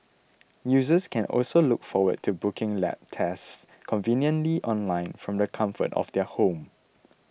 users can also look forward to booking lab tests conveniently online from the comfort of their home